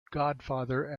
godfather